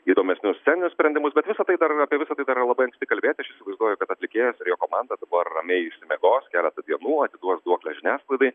įdomesnius sceninius sprendimus bet visa tai dar apie visą tai labai anksti kalbėti aš įsivaizduoju kad atlikėjas ir komanda dabar ramiai išsimiegos keletą dienų atiduos duoklę žiniasklaidai